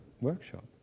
workshop